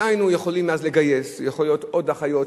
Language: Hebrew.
אבל אדוני צריך להסתכל מבחינה אנושית איך אחיות כאלה,